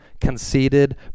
conceited